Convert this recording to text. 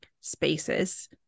spaces